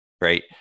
right